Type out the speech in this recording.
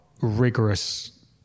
rigorous